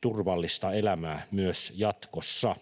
turvallista elämää myös jatkossa.